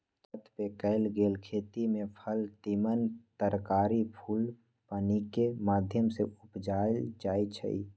छत पर कएल गेल खेती में फल तिमण तरकारी फूल पानिकेँ माध्यम से उपजायल जाइ छइ